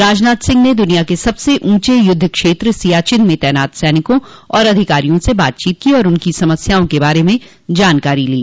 राजनाथ सिंह ने दुनिया के सबसे ऊंचे युद्व क्षेत्र सियाचिन में तैनात सैनिकों और अधिकारियों से बातचीत की और उनकी समस्याओं के बारे में जानकारी ली